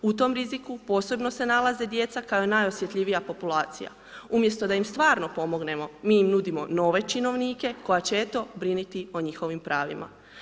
U tom riziku posebno se nalaze djeca kao najosjetljivija populacija, umjesto da im stvarno pomognemo mi im nudimo nove činovnike koja će eto briniti o njihovim pravima.